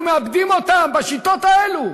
אנחנו מאבדים אותם בשיטות האלה,